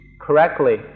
correctly